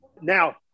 Now